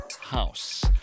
House